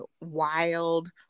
wild